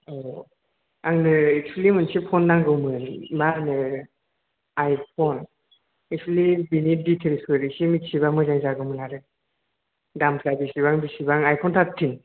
औ आंनो एकसुलि मोनसे फन नांगौमोन मा होनो आइफन एकसुलि बिनि डिटेलसखौ एसे मिथिब्ला मोजां जागौमोन आरो दामफ्रा बेसेबां बेसेबां आइफन टार्टटिन